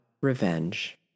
revenge